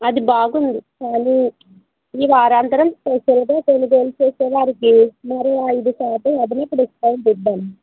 అది బాగుంది కానీ ఈ వారాంతరం స్పెషల్గా కొనుగోలు చేసేవారికి మరో ఐదు శాతం అదనపు డిస్కౌంట్ ఇద్దాం